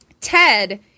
Ted